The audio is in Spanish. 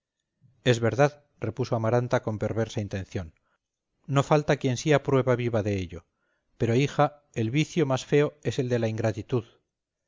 es verdad repuso amaranta con perversa intención no falta quien sea prueba viva de ello pero hija el vicio más feo es el de la ingratitud